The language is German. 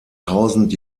tausend